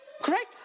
Correct